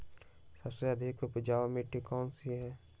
सबसे अधिक उपजाऊ मिट्टी कौन सी हैं?